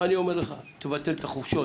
אני אומר לך תבטל את החופשות.